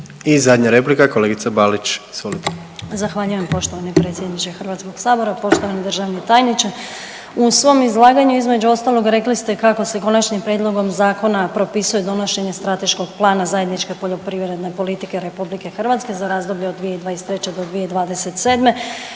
I zadnja replika kolegica Balić, izvolite. **Balić, Marijana (HDZ)** Zahvaljujem poštovani predsjedniče HS. Poštovani državni tajniče, u svom izlaganju između ostalog rekli ste kako se Konačnim prijedlogom zakona propisuje donošenje Strateškog plana zajedničke poljoprivredne politike RH za razdoblje od 2023. do 2027.